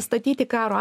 statyti karo